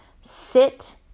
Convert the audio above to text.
Sit